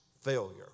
failure